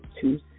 two